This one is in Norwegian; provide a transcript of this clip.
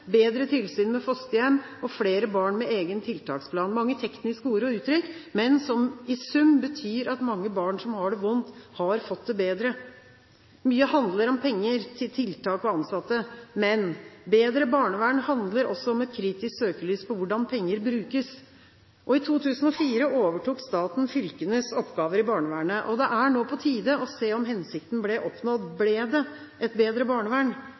bedre tilsyn med fosterhjem og flere barn med egen tiltaksplan. Det er mange tekniske ord og uttrykk, men i sum betyr det at mange barn som har det vondt, har fått det bedre. Mye handler om penger – til tiltak og til ansatte. Men bedre barnevern handler også om å ha et kritisk søkelys på hvordan penger brukes. I 2004 overtok staten fylkeskommunenes oppgaver i barnevernet. Det er nå på tide å se om hensikten ble oppnådd – ble det et bedre barnevern?